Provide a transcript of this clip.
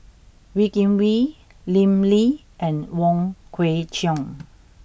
Wee Kim Wee Lim Lee and Wong Kwei Cheong